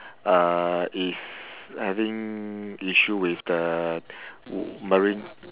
uh is having issue with the marine